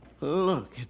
Look